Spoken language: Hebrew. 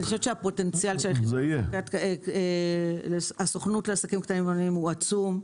אני חושבת שהפוטנציאל של הסוכנות לעסקים קטנים ובינוניים הוא עצום.